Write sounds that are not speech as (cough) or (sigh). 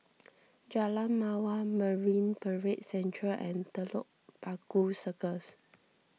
(noise) Jalan Mawar Marine Parade Central and Telok Paku Circus